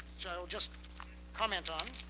i'll just comment on,